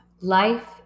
Life